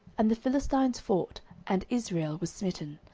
and the philistines fought, and israel was smitten,